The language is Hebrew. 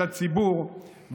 באחריות לסבל של הציבור.